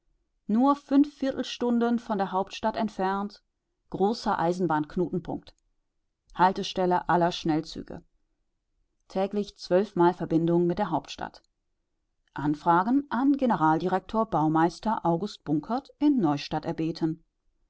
nur fünfviertel stunden von der hauptstadt entfernt großer eisenbahnknotenpunkt haltestelle aller schnellzüge täglich zwölfmal verbindung mit der hauptstadt anfragen an generaldirektor baumeister august bunkert in neustadt erbeten